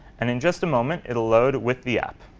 and in just a moment, it'll load with the app.